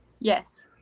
yes